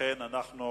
ולכן אנחנו